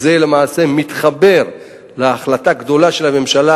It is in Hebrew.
וזה למעשה מתחבר להחלטה גדולה של הממשלה,